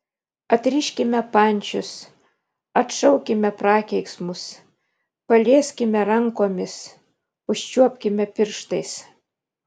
atriškime pančius atšaukime prakeiksmus palieskime rankomis užčiuopkime pirštais